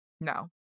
No